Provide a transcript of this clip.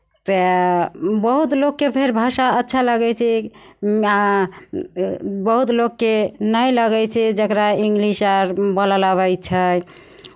तऽ बहुत लोककेँ फेर भाषा अच्छा लगै छै आ बहुत लोककेँ नहि लगै छै जकरा इंग्लिश आर बोलल अबै छै